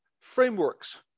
frameworks